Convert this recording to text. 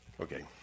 Okay